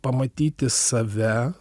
pamatyti save